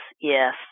yes